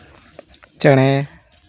ᱪᱮᱬᱮ